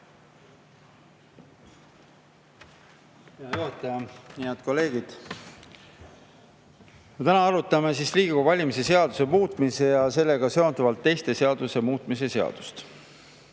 Hea juhataja! Head kolleegid! Täna arutame Riigikogu valimise seaduse muutmise ja sellega seonduvalt teiste seaduste muutmise seadust.